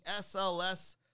SLS